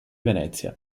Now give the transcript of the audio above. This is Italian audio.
venezia